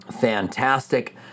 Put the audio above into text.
fantastic